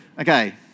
Okay